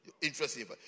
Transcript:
Interesting